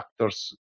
actors